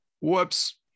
Whoops